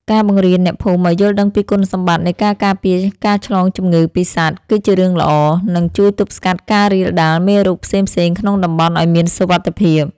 ការបង្រៀនអ្នកភូមិឱ្យយល់ដឹងពីគុណសម្បត្តិនៃការការពារការឆ្លងជំងឺពីសត្វគឺជារឿងល្អ និង ជួយទប់ស្កាត់ការរាលដាលមេរោគផ្សេងៗក្នុងតំបន់ឱ្យមានសុវត្ថិភាព។